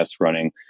running